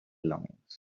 belongings